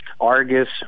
Argus